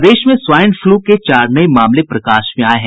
प्रदेश में swine flu के चार नये मामले प्रकाश में आये हैं